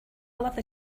lovely